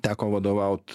teko vadovaut